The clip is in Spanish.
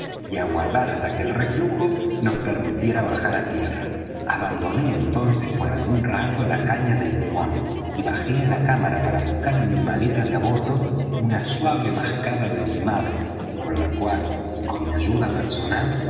y aguardar hasta que el reflujo nos permitiera bajar á tierra abandoné entonces por algún rato la caña del timón y bajé á la cámara para buscar en mi maleta de á bordo una suave mascada de mi madre con la cual y con mi ayuda personal